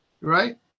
right